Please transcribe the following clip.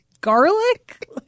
garlic